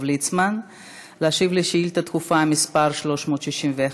ליצמן להשיב על שאילתה דחופה מס' 361,